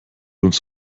uns